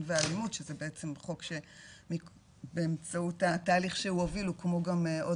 ואלימות שזה בעצם חוק באמצעות התהליך שהוא הוביל הוא כמו עוד